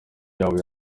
yabo